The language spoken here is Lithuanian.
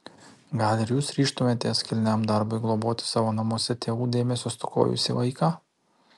gal ir jūs ryžtumėtės kilniam darbui globoti savo namuose tėvų dėmesio stokojusį vaiką